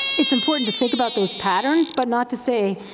it's important to think about those patterns, but not to say